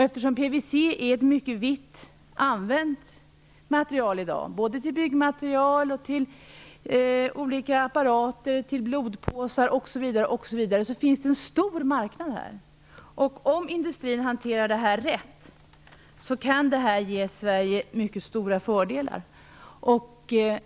Eftersom PVC är ett mycket vitt använt material i dag, både som byggmaterial, till olika apparater, till blodpåsar osv., finns det här en stor marknad. Om industrin hanterar det här rätt, kan det ge Sverige mycket stora fördelar.